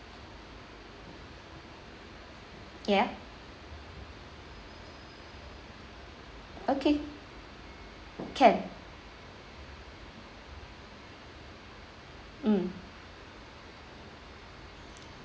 ya okay can mm